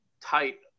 tight